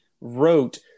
wrote